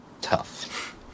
tough